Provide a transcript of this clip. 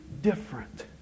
different